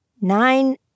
Nine